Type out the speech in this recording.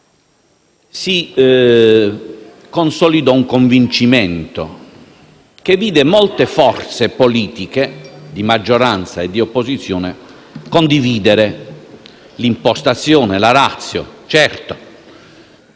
si consolidò un convincimento che vide molte forze politiche, di maggioranza e di opposizione, condividerne l'impostazione, la *ratio*. Certo,